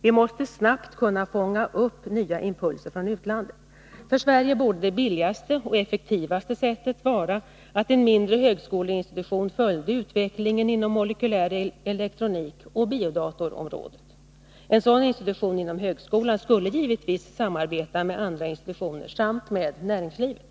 Vi måste snabbt kunna fånga upp nya impulser från utlandet. För Sverige borde det billigaste och effektivaste sättet vara att en mindre högskoleinstitution följde utvecklingen inom molekylär elektronik och biodatorområdet. En sådan institution inom högskolan skulle givetvis samarbeta med andra institutioner samt med näringslivet.